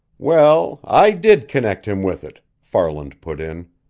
well, i did connect him with it, farland put in.